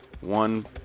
one